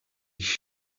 issue